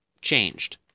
changed